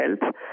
health